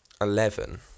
Eleven